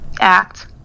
act